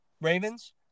Ravens